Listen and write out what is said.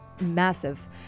massive